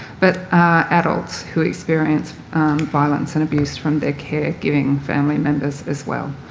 but adults who experience violence and abuse from their care-giving family members as well.